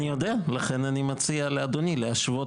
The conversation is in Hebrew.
אני יודע ולכן אני מציע לאדוני להשוות